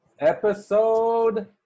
Episode